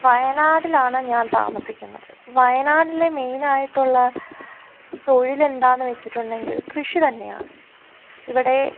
വായനാടിലാണ് ഞാൻ താമസിക്കുന്നത് വയനാട്ടിലെ മെയിനായിട്ടുള്ള തൊഴിലെന്താണെന്നു വെച്ചിട്ടുണ്ടെങ്കിൽ കൃഷിതന്നെ ഇവിടെ